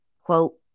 quote